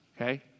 Okay